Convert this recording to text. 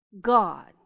god